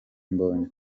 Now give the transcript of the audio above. mbonyi